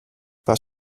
was